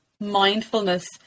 mindfulness